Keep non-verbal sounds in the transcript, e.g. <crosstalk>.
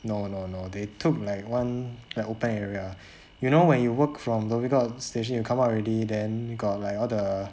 no no no they took like one <noise> like open area you know when you walk from dhoby ghaut station you come out already then got like all the